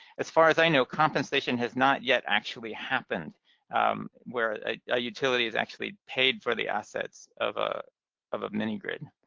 as far as i know, compensation has not yet actually happened where a utility has actually paid for the assets of ah of a mini-grid.